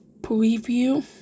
Preview